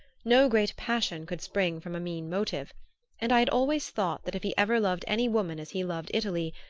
no great passion could spring from a mean motive and i had always thought that if he ever loved any woman as he loved italy,